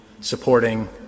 supporting